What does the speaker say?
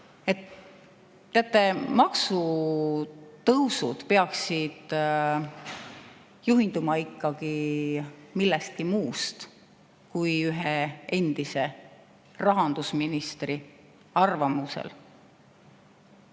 …" Teate, makse tõstes peaks juhinduma ikkagi millestki muust kui ühe endise rahandusministri arvamusest.